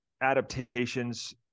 adaptations